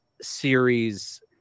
series